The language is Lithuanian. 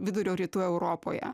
vidurio rytų europoje